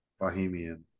Bohemian